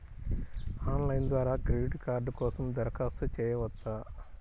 Online ద్వారా credit card కోసం దరఖాస్తు చేయవచ్చా?